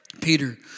Peter